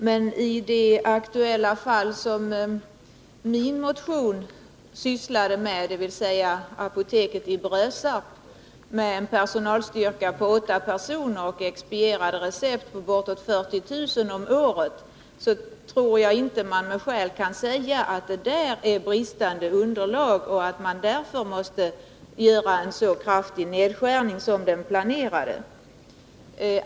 Meni det aktuella fall som min motion gällde, dvs. apoteket i Brösarp med en personalstyrka på åtta personer och bortåt 40 000 expedierade recept om året, tror jag inte man med skäl kan säga att det är på grund av brist på underlag som man måste göra en så kraftig nedskärning som den planerade.